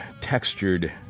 textured